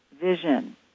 vision